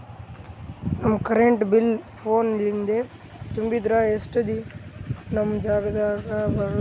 ನಮ್ current bill ಫೋನ ಲಿಂದೇ ತುಂಬಿದ್ರ, ಎಷ್ಟ ದಿ ನಮ್ ದಾಗ ರಿಸಿಟ ಬರತದ?